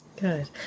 Good